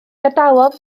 gadawodd